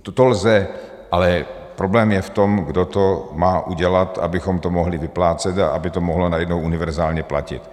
To lze, ale problém je v tom, kdo to má udělat, abychom to mohli vyplácet a aby to mohlo najednou univerzálně platit.